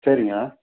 சரிங்க